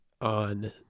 on